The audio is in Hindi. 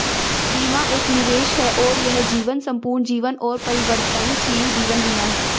बीमा एक निवेश है और यह जीवन, संपूर्ण जीवन और परिवर्तनशील जीवन बीमा है